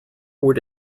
would